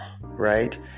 right